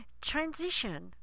transition